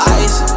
ice